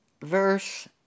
verse